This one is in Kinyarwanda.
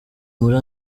muri